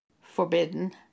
forbidden